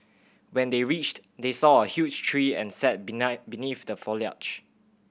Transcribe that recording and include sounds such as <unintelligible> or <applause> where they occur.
when they reached they saw a huge tree and sat <unintelligible> beneath the foliage